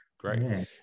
Great